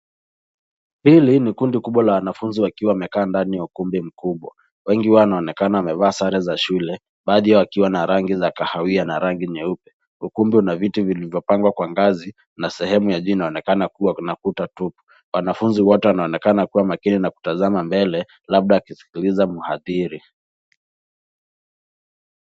Hili ni kundi kubwa la wanafunzi wakiwa wamekaa ndani ya ukumbi mkubwa. Wengi wanaonekana wamevaa sare za shule baadhi yao yakiwa na rangi ya kahawia na rangi nyeupe. Ukumbi una viti vilivyopangwa kwa ngazi na sehemu ya juu inaonekana kuwa na kuta tupu. Wanafunzi wote wanaonekana kuwa makini na kutazama mbele labda wakisikiliza mhadhiri.